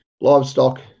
livestock